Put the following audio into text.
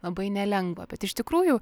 labai nelengva bet iš tikrųjų